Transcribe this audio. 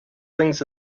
things